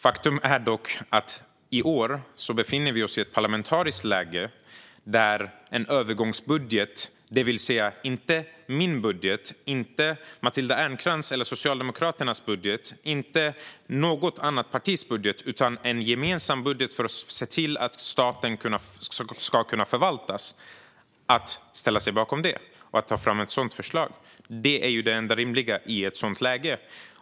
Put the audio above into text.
Faktum är dock att vi i år befinner oss i ett parlamentariskt läge där det handlar om att ställa sig bakom en övergångsbudget, det vill säga inte min budget, inte Matilda Ernkrans eller Socialdemokraternas budget och inte något annat partis budget. Det handlar alltså om att ta fram ett förslag till och ställa sig bakom en gemensam budget för att se till att staten ska kunna förvaltas. Det är det enda rimliga i ett sådant läge.